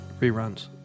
Reruns